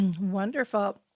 Wonderful